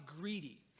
greedy